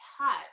touch